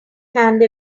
hand